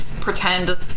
pretend